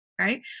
right